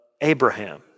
Abraham